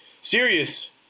serious